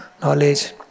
knowledge